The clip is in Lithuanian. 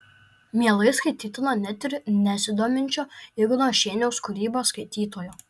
mielai skaitytina net ir nesidominčio igno šeiniaus kūryba skaitytojo